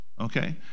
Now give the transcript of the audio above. okay